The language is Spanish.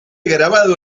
grabado